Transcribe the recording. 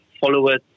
followers